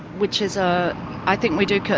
which is. ah i think we do.